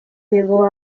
llegó